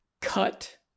cut